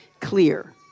clear